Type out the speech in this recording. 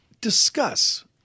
Discuss